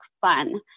fun